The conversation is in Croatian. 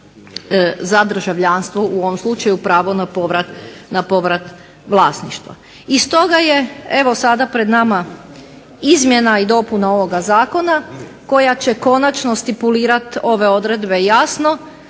za državljanstvo, u ovom slučaju pravo na povrat vlasništva. I stoga je evo sada pred nama izmjena i dopuna ovoga zakona koja će konačno stipulirati ove odredbe jasno